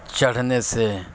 چڑھنے سے